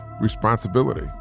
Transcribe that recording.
responsibility